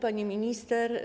Pani Minister!